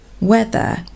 weather